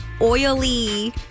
oily